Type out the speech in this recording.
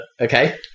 Okay